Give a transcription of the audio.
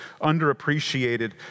underappreciated